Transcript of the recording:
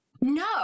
No